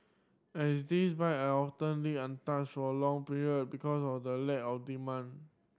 and these bike are often left untouched for long period because of the lack of demand